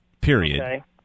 period